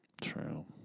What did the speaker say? True